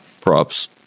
props